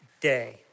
day